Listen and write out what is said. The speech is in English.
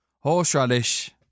Horseradish